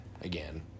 again